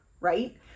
right